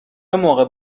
موقع